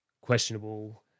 questionable